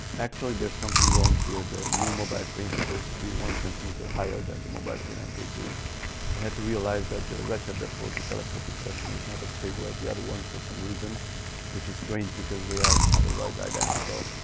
actually there's something wrong here, the new mobile crane supposed to be one centimeter higher than the mobile crane m k two, i had to realize that the ratchet that holds the telescopic section is not as stable as the other one for some reason which is strange because they are otherwise identical,